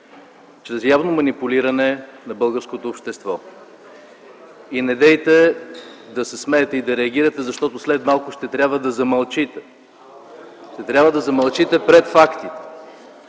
чрез явно манипулиране на българското общество? И недейте да се смеете и да реагирате, защото след малко ще трябва да замълчите, ще трябва да замълчите пред фактите.